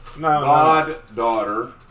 Goddaughter